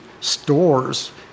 stores